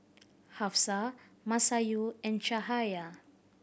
Hafsa Masayu and Cahaya